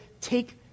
take